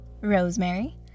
Rosemary